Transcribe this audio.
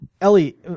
Ellie